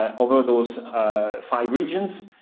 ah over those five regions,